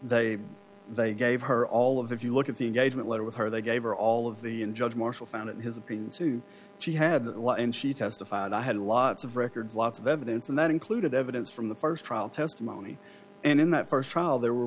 they they gave her all of if you look at the engagement letter with her they gave her all of the judge marshall found it in his opinion to she had at the end she testified i had lots of records lots of evidence and that included evidence from the st trial testimony and in that st trial there were